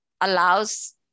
allows